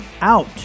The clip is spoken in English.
out